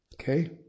Okay